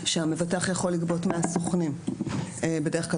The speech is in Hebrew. שהמבטח יכול לגבות מהסוכנים, בדרך כלל